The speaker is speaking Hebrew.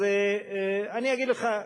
אז אני אגיד לך,